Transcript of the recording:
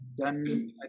done